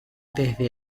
desde